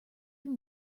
him